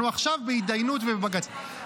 אנחנו עכשיו בהתדיינות ובבג"ץ.